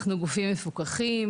אנחנו גופים מפוקחים,